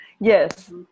Yes